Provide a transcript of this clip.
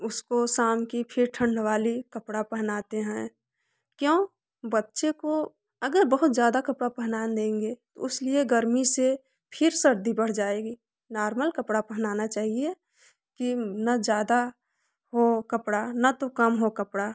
उसको शाम की फिर ठंड वाली कपड़ा पहनाते हैं क्यों बच्चे को अगर बहुत ज़्यादा कपड़ा पहना देंगे इसलिए गर्मी से फिर सर्दी बढ़ जाएगी नार्मल कपड़ा पहनाना चाहिए कि न ज़्यादा वह कपड़ा न तो कम हो कपड़ा